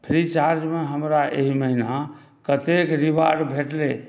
फ्रीचार्जमे हमरा एहि महिना कतेक रिवार्ड भेटलै